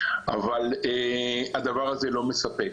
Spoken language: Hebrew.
אבל הדבר הזה לא מספק.